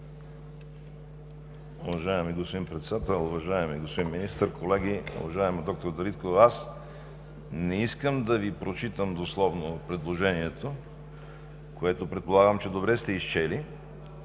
Уважаеми господин Председател, уважаеми господин Министър, колеги! Уважаема доктор Дариткова, не искам да Ви прочитам дословно предложението, което, предполагам, че добре сте изчели,